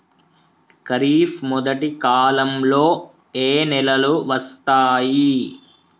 ఖరీఫ్ మొదటి కాలంలో ఏ నెలలు వస్తాయి?